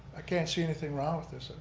can't see anything wrong with this, ah